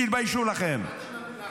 תתביישו לכם.